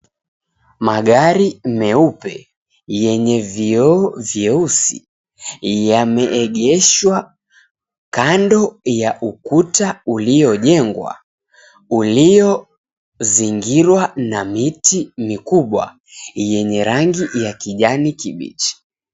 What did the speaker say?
Magari meupe, yenye vioo vyeusi yameegeshwa kando ya ukuta uliojengwa, uliozingirwa na miti mikubwa yenye rangi ya kijani kibichi.